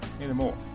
anymore